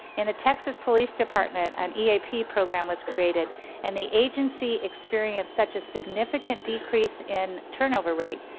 in a texas police department, an eap program was created and the agency experienced such a significant decrease in turnover rate,